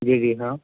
جی جی ہاں